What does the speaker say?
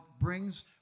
brings